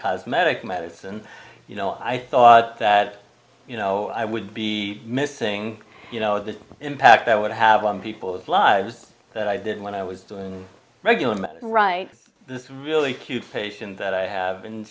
cosmetic medicine you know i thought that you know i would be missing you know the impact that would have on people's lives that i didn't when i was doing regular right this really cute patient that i have